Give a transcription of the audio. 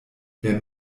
wer